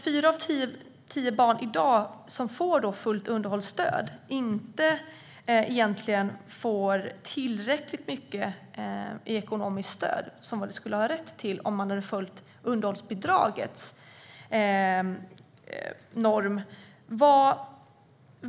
Fyra av tio barn som får fullt underhållsstöd får inte så mycket i ekonomiskt stöd som de skulle ha rätt till om underhållsbidragsnormen följts.